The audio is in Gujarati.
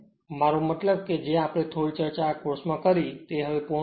મારો મતલબ કે જે આપણે થોડી ચર્ચા આ કોર્સ માં કરી તે હવે પૂર્ણ થશે